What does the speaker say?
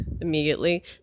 immediately